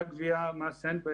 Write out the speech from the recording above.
פתוח עוד כמה שנים.